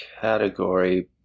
category